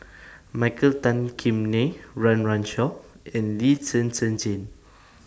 Michael Tan Kim Nei Run Run Shaw and Lee Zhen Zhen Jane